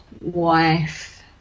wife